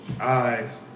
eyes